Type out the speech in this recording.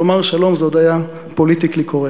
לומר "שלום" זה עוד היה פוליטיקלי קורקט.